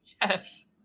Yes